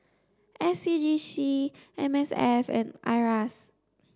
S C G C M S F and IRAS